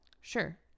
sure